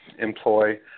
employ